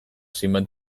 zenbait